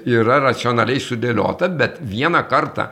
yra racionaliai sudėliota bet vieną kartą